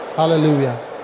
hallelujah